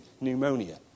pneumonia